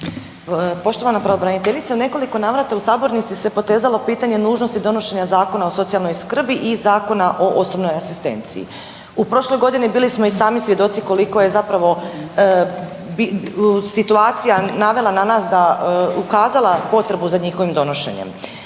Poštovana pravobraniteljice u nekoliko navrata u sabornici se potezalo pitanje nužnosti donošenja Zakona o socijalnoj skrbi i Zakona o osobnoj asistenciji. U prošloj godini bili i sami svjedoci koliko je zapravo situacija navela nas da, ukazala potrebu za njihovim donošenjem.